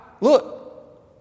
Look